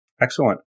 excellent